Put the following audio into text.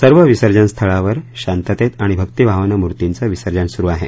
सर्व विसर्जन स्थळांवर शांततेत आणि भक्तिभावानं मूर्तिचं विसर्जन सुरू आहे